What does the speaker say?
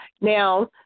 Now